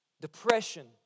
Depression